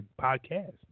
Podcast